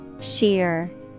sheer